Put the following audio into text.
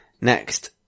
next